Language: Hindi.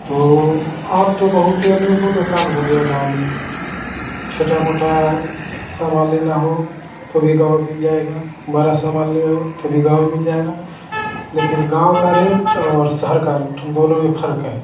तो अब तो बहुत अनेकों दुकान हो गया गाँव में छोटा मोटा सामान लेना हो तो भी गाँव मिल जाएगा बड़ा सामान लेओ तभ गाँव मिल जाएगा लेकिन गाँव का रेट और शहर का रेट दोनों में फ़र्क़ है